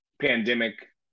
pandemic